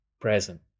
present